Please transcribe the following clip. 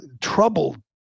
troubled